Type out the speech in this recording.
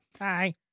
Hi